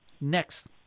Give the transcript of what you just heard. Next